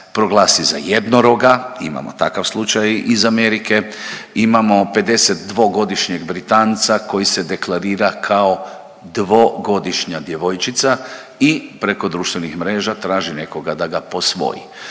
proglasi za jednoroga, imamo takav slučaj iz Amerike, imamo 52-godišnjeg Britanca koji se deklarira kao 2-godišnja djevojčica i preko društvenih mreža traži nekoga da ga posvoji.